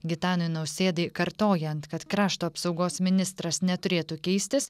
gitanui nausėdai kartojant kad krašto apsaugos ministras neturėtų keistis